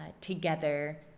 together